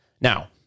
Now